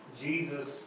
Jesus